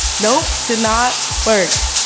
nope, did not work.